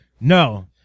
No